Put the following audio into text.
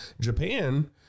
Japan